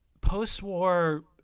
post-war